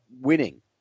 winning